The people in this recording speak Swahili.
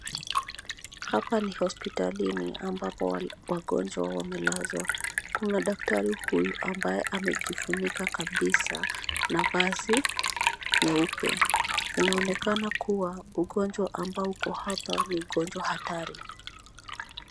Hapa ni hospitalini ambapo wagonjwa wamelazwa. Kuna daktari huyu ambaye amejifunika kabisa na vazi nyeupe. Inaonekana kuwa ugonjwa ambao uko hapa ni ugonjwa hatari.